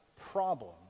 problem